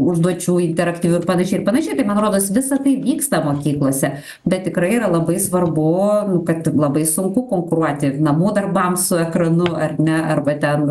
užduočių interaktyvių ir panašiai ir panašiai tai man rodos visa tai vyksta mokyklose bet tikrai yra labai svarbu kad labai sunku konkuruoti namų darbams su ekranu ar ne arba ten